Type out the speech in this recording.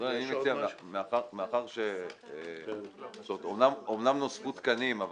מאחר שאומנם נוספו תקנים,